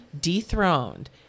dethroned